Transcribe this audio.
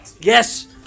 Yes